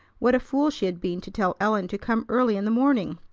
what a fool she had been to tell ellen to come early in the morning!